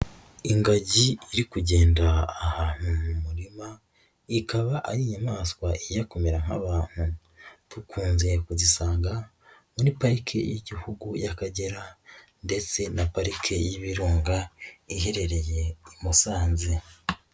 Ingagi iri kugenda ahantu mu murima ikaba ari inyamaswa ijya kumera nk'abantu, dukunze kuzisanga muri pariki y'Igihugu y'Akagera ndetse na parike y'Ibirunga iherereye i Musanze.